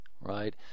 right